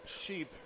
sheep